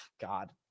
God